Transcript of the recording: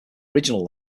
original